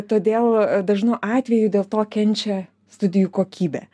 todėl dažnu atveju dėl to kenčia studijų kokybė